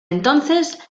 entonces